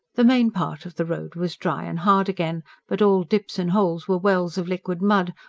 the main part of the road was dry and hard again but all dips and holes were wells of liquid mud,